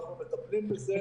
אנחנו מטפלים בזה.